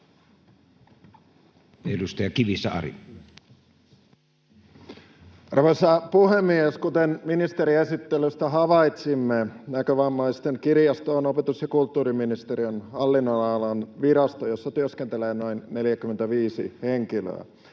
14:11 Content: Arvoisa puhemies! Kuten ministerin esittelystä havaitsimme, Näkövammaisten kirjasto on opetus- ja kulttuuriministeriön hallinnonalan virasto, jossa työskentelee noin 45 henkilöä.